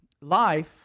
Life